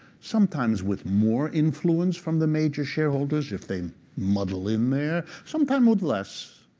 sometimes with more influence from the major shareholders, if they muddle in there, sometimes with less.